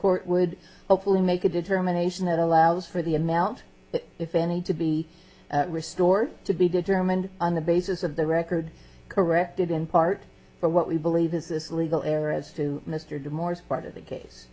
court would hopefully make a determination that allows for the amount if any to be restored to be determined on the basis of the record corrected in part for what we believe this is a legal error as mr moore's part of the case